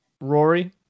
Rory